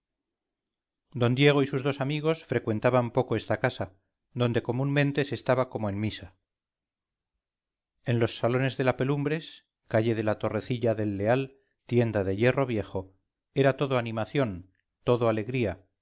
d diego y sus dos amigos frecuentaban poco estacasa donde comúnmente se estaba como en misa en los salones de la pelumbres calle de la torrecilla del leal tienda de hierro viejo era todo animación todo alegría